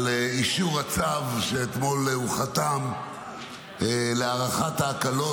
על אישור הצו שאתמול הוא חתם עליו להארכת ההקלות